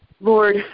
Lord